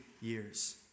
years